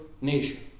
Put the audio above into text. nation